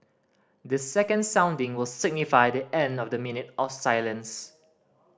the second sounding will signify the end of the minute of silence